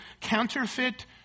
Counterfeit